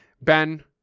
Ben